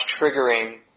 triggering